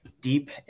deep